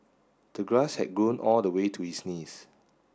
the grass had grown all the way to his knees